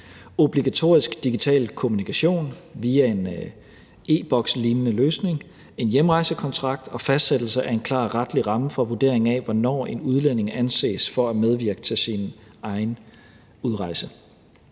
obligatorisk digital kommunikation via en e-Boks-lignende løsning, en hjemrejsekontrakt og fastsættelse af en klar retlig ramme for vurderingen af, hvornår en udlænding anses for at medvirke til sin egen udrejse.